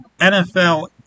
nfl